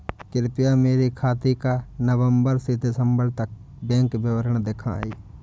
कृपया मेरे खाते का नवम्बर से दिसम्बर तक का बैंक विवरण दिखाएं?